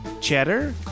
cheddar